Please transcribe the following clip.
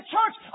church